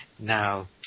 now